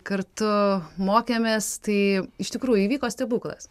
kartu mokėmės tai iš tikrųjų įvyko stebuklas